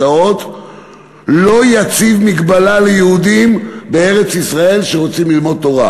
לא יציב מגבלה ליהודים בארץ-ישראל שרוצים ללמוד תורה,